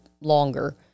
longer